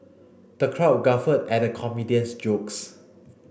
the crowd guffawed at the comedian's jokes